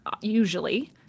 usually